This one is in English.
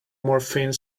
morphine